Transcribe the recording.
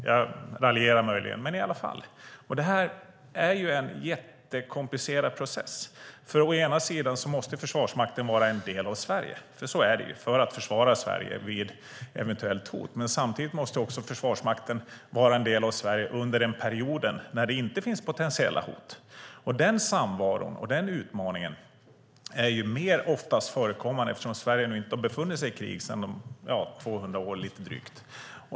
Jag raljerar möjligen, men i alla fall. Det här är en jättekomplicerad process. Å ena sidan måste Försvarsmakten vara en del av Sverige - så är det ju - för att försvara Sverige vid ett eventuellt hot. Samtidigt måste också Försvarsmakten vara en del av Sverige under perioder när det inte finns potentiella hot. Den samvaron och den utmaningen är oftast mer förekommande, eftersom Sverige faktiskt inte har befunnit sig i krig sedan för lite drygt 200 år sedan.